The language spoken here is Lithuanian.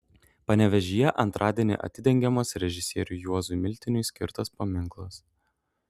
panevėžyje antradienį atidengiamas režisieriui juozui miltiniui skirtas paminklas